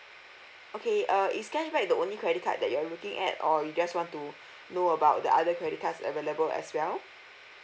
okay uh is cashback the only credit card that you are looking at or you just want to know about the other credit cards available as well